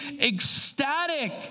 ecstatic